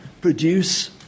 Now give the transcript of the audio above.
produce